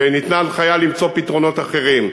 וניתנה הנחיה למצוא פתרונות אחרים.